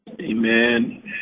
Amen